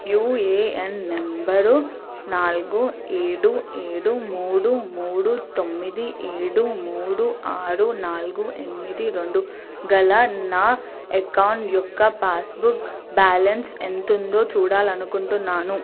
UAN number నాలుగు ఏడు ఏడు మూడు మూడు తొమ్మిది ఏడు మూడు ఆరు నాలుగు ఎనిమిది రెండు గల నా ఎకౌంటు యొక్క పాస్బుక్ బ్యాలన్స్ ఎంతుందో చూడాలనుకుంటున్నాను